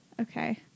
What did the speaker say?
okay